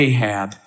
Ahab